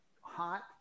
hot